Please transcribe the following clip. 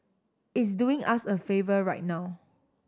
it's doing us a favour right now